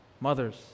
mothers